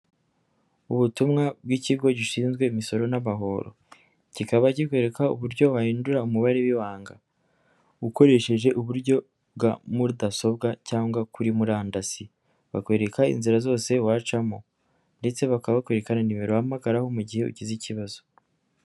Ubutumwa bw'ikigo gishinzwe imisoro n'amahoro, kikaba kikwereka uburyo bahindura umubare w'ibanga, ukoresheje uburyo bwa mudasobwa cyangwa kuri murandasi, bakwereka inzira zose wacamo ndetse bakaba bakwereka na nimero uhamagaraho mu gihe ugize ikibazo.